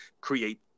create